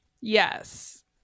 Yes